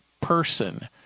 person